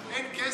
אין כסף,